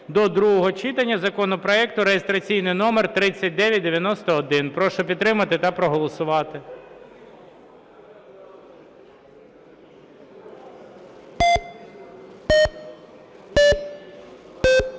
до другого читання законопроекту (реєстраційний номер 3991). Прошу підтримати та проголосувати.